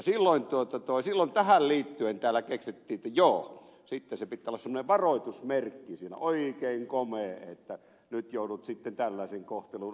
silloin tähän liittyen täällä keksittiin että joo sitten siinä pitää olla semmoinen oikein komea varoitusmerkki että nyt joudut tällaisen kohtelun alaiseksi